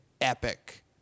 epic